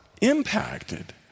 impacted